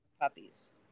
puppies